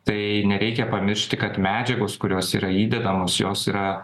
tai nereikia pamiršti kad medžiagos kurios yra įdedamos jos yra